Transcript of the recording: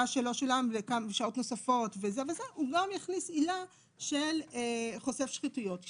שלא שולם ושעות נוספות וזה וזה הוא גם הכניס עילה של חושף שחיתויות.